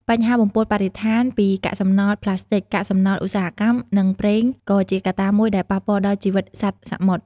បញ្ហាបំពុលបរិស្ថានពីកាកសំណល់ប្លាស្ទិក កាកសំណល់ឧស្សាហកម្ម និងប្រេងក៏ជាកត្តាមួយដែលប៉ះពាល់ដល់ជីវិតសត្វសមុទ្រ។